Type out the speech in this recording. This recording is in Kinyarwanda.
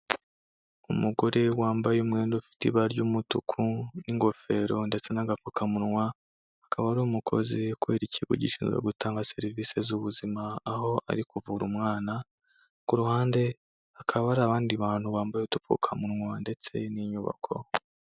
Umugore wambaye umwenda ufite ibara ry'umutuku n'ingofero ndetse n'agapfukamunwa, akaba ari umukozi ukorera ikigo gishinzwe gutanga serivisi z'ubuzima, aho ari kuvura umwana, ku ruhande hakaba hari abandi bantu bambaye udupfukamunwa ndetse n'inyubako.